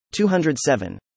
207